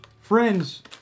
friends